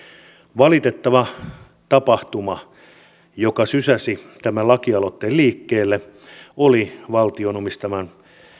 valitettava tapahtuma joka sysäsi tämän lakialoitteen liikkeelle oli valtion omistaman